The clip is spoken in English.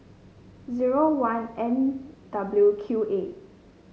zero one N W Q A